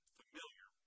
familiar